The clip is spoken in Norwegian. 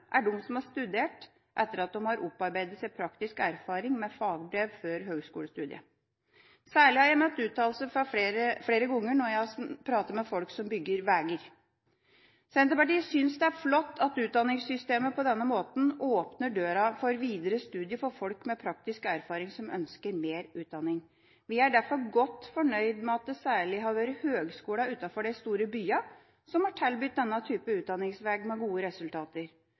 er de som har studert etter at de har opparbeidet seg praktisk erfaring med fagbrev før høgskolestudiet. Særlig har jeg møtt uttalelsene flere ganger når jeg har snakket med folk som bygger veier. Senterpartiet synes det er flott at utdanningssystemet på denne måten åpner døren for videre studier for folk med praktisk erfaring som ønsker mer utdanning. Vi er derfor godt fornøyd med at det særlig har vært høgskolene utenfor de store byene som har tilbudt denne typen utdanningsvei, med gode resultater.